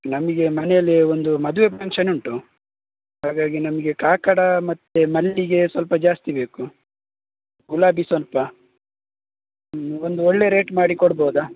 ನಮಗೆ ಮನೇಲಿ ಒಂದು ಮದುವೆ ಫಂಕ್ಷನ್ ಉಂಟು ಹಾಗಾಗಿ ನಮಗೆ ಕಾಕಡ ಮತ್ತು ಮಲ್ಲಿಗೆ ಸ್ವಲ್ಪ ಜಾಸ್ತಿ ಬೇಕು ಗುಲಾಬಿ ಸ್ವಲ್ಪ ಹ್ಞೂ ಒಂದು ಒಳ್ಳೆಯ ರೇಟ್ ಮಾಡಿ ಕೊಡ್ಬೌದಾ